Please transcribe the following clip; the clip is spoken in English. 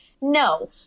no